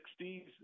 60s